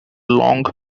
long